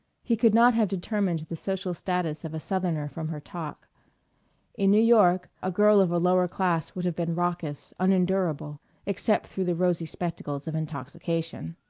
he could not have determined the social status of a southerner from her talk in new york a girl of a lower class would have been raucous, unendurable except through the rosy spectacles of intoxication.